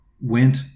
went